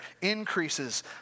increases